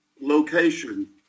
location